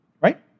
right